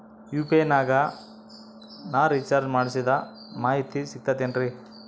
UPI ನಾಗ ನಾ recharge ಮಾಡಿಸಿದ ಮಾಹಿತಿ ಸಿಕ್ತದೆ ಏನ್ರಿ?